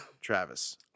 Travis